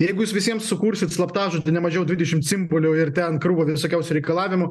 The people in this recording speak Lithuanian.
jeigu jis visiems sukursite slaptažodį nemažiau dvidešimt simbolių ir ten krūvą visokiausių reikalavimų